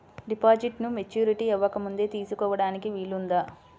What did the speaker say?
డిపాజిట్ను మెచ్యూరిటీ అవ్వకముందే తీసుకోటానికి వీలుందా?